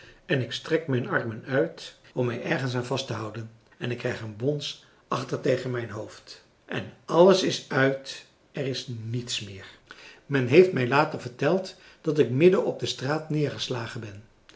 en ik strek mijn armen uit om mij ergens aan vast te houden en ik krijg een bons achter tegen mijn hoofd en alles is uit er is niets meer men heeft mij later verteld dat ik midden op de straat neergeslagen ben